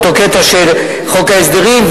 באותו קטע של חוק ההסדרים,